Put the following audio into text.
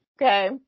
Okay